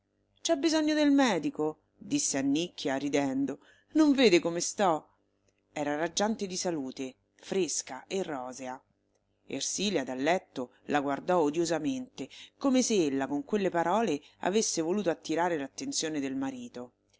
c'è bisogno del medico disse annicchia ridendo non vede come sto era raggiante di salute fresca e rosea ersilia dal letto la guardò odiosamente come se ella con quelle parole avesse voluto attirare l'attenzione del marito